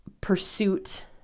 pursuit